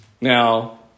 Now